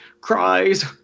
Cries